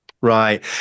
right